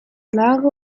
klare